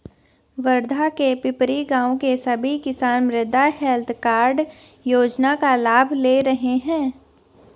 वर्धा के पिपरी गाँव के सभी किसान मृदा हैल्थ कार्ड योजना का लाभ ले रहे हैं